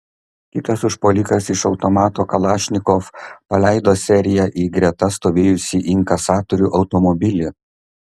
kitas užpuolikas iš automato kalašnikov paleido seriją į greta stovėjusį inkasatorių automobilį